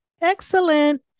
Excellent